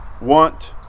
want